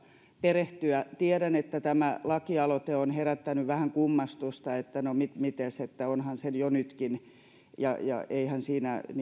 perehtyä tiedän että tämä lakialoite on herättänyt vähän kummastusta no mites onhan se jo nytkin ja ja eihän siinä